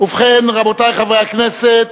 ובכן, רבותי חברי הכנסת,